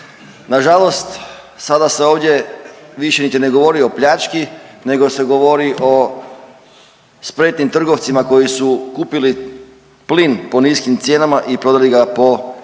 Na žalost sada se ovdje više niti ne govori o pljački nego se govori o spretnim trgovcima koji su kupili plin po niskim cijenama i prodali ga po visokim